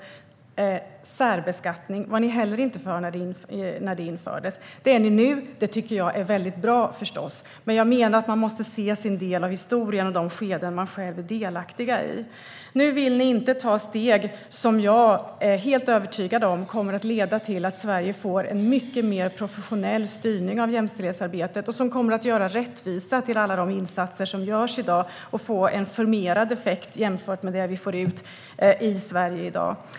Särbeskattningen var ni heller inte för när den infördes. Det är ni nu, vilket jag förstås tycker är väldigt bra. Men jag menar att man måste se sin del av historien och de skeden man själv är delaktig i. Nu vill ni inte ta steg som jag är helt övertygad om kommer att leda till att Sverige får en mycket mer professionell styrning av jämställdhetsarbetet. Detta kommer att göra rättvisa åt alla de insatser som görs i dag och ge en förmerad effekt jämfört med det vi får ut i Sverige i dag.